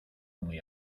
muy